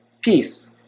peace